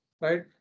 right